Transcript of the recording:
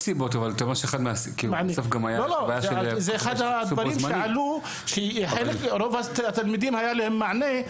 זה אחד הדברים שעלו, שרוב התלמידים היה להם מענה.